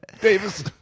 Davis